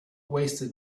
wasted